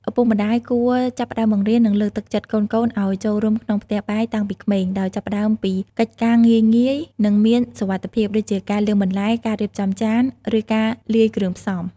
ឪពុកម្ដាយគួរចាប់ផ្ដើមបង្រៀន និងលើកទឹកចិត្តកូនៗឱ្យចូលរួមក្នុងផ្ទះបាយតាំងពីក្មេង ដោយចាប់ផ្ដើមពីកិច្ចការងាយៗ និងមានសុវត្ថិភាព ដូចជាការលាងបន្លែ ការរៀបចំចាន ឬការលាយគ្រឿងផ្សំ ។